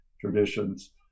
traditions